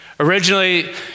Originally